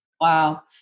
Wow